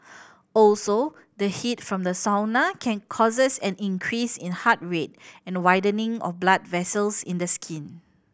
also the heat from the sauna can causes an increase in heart rate and widening of blood vessels in the skin